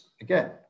again